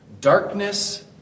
Darkness